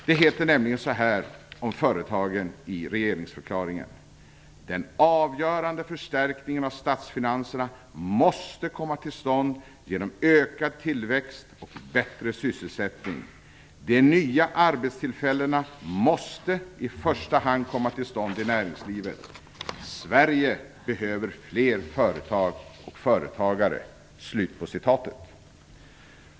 Det heter nämligen så här om företagen i regeringsförklaringen: "Den avgörande förstärkningen måste därför komma till stånd genom ökad tillväxt och bättre sysselsättning. De nya arbetstillfällena måste i första hand komma till stånd i näringslivet. Sverige behöver fler företag och fler företagare."